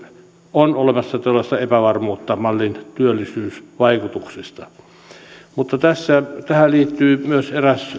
on olemassa todellista epävarmuutta mallin työllisyysvaikutuksista mutta tähän liittyy myös eräs